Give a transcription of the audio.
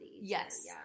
Yes